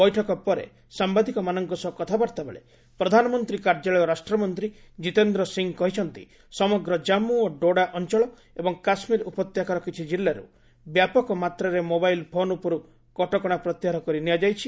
ବୈଠକ ପରେ ସାମ୍ବାଦିକମାନଙ୍କ ସହ କଥାବାର୍ତ୍ତା ବେଳେ ପ୍ରଧାନମନ୍ତ୍ରୀ କାର୍ଯ୍ୟାଳୟ ରାଷ୍ଟ୍ରମନ୍ତ୍ରୀ ଜୀତେନ୍ଦ୍ର ସିଂହ କହିଛନ୍ତି ସମଗ୍ର ଜାମ୍ମୁ ଓ ଡୋଡା ଅଞ୍ଚଳ ଏବଂ କାଶ୍ମୀର ଉପତ୍ୟକାର କିଛି କିଲ୍ଲାରୁ ବ୍ୟାପକ ମାତ୍ରାରେ ମୋବାଇଲ୍ ଫୋନ୍ ଉପରୁ କଟକଣା ପ୍ରତ୍ୟାହାର କରିନିଆଯାଇଛି